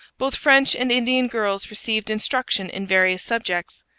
both french and indian girls received instruction in various subjects.